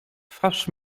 twarz